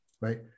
right